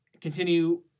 Continue